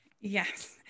yes